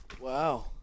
Wow